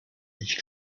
ich